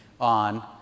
on